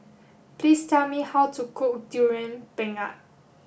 please tell me how to cook durian pengat